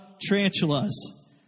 tarantulas